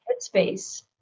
headspace